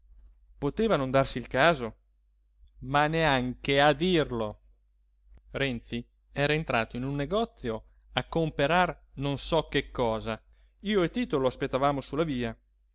poteva non darsi il caso ma neanche a dirlo renzi era entrato in un negozio a comperar non so che cosa io e tito lo aspettavamo sulla via